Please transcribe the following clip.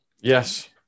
Yes